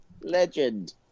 Legend